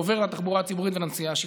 הוא עובר לתחבורה הציבורית ולנסיעה השיתופית.